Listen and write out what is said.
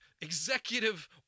executive